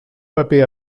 paper